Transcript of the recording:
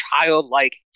childlike